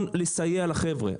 שנכון לסייע לחבר'ה.